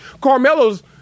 Carmelo's